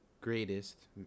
greatest